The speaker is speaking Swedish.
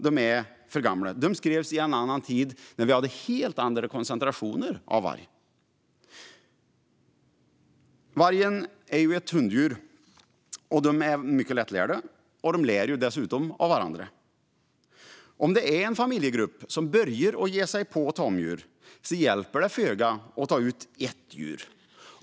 De skrevs i en annan tid, när vi hade helt andra koncentrationer av varg. Vargen är ju ett hunddjur, och de är mycket lättlärda. De lär dessutom av varandra. Om en familjegrupp börjar ge sig på tamdjur hjälper det föga att ta bort en varg.